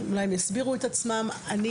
אולי הם יסבירו את עצמם; אני,